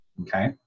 Okay